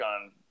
on